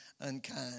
unkind